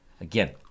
Again